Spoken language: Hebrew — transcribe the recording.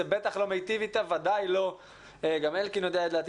זה בטח לא מיטיב אתה גם אלקין יודע את דעתי